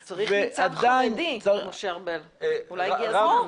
אז צריך ניצב חרדי, משה ארבל, אולי הגיע הזמן.